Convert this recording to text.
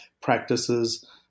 practices